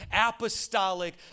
apostolic